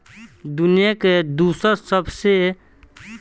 दुनिया के दूसर सबसे बड़का बैंक चाइना कंस्ट्रक्शन बैंक ह